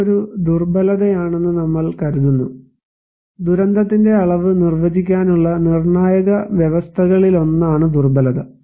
ഇത് ഒരു ദുർബലതയാണെന്ന് നമ്മൾ കരുതുന്നു ദുരന്തത്തിന്റെ അളവ് നിർവചിക്കാനുള്ള നിർണായക വ്യവസ്ഥകളിലൊന്നാണ് ദുർബലത